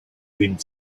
wind